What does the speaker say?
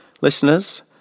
listeners